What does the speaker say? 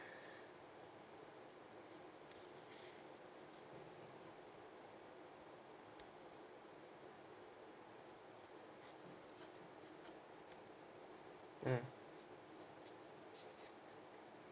mm